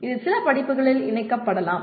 இது சில படிப்புகளில் இணைக்கப்படலாம்